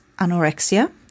anorexia